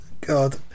god